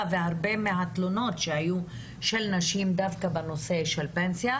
והרבה מהתלונות של נשים היו דווקא בנושא של פנסיה.